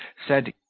said,